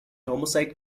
homicide